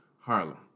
Harlem